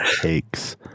takes